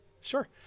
Sure